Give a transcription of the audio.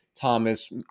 Thomas